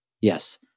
Yes